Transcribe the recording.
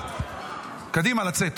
קדימה, לצאת.